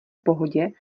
pohodě